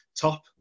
top